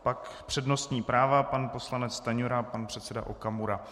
Pak přednostní práva pan poslanec Stanjura a pan předseda Okamura.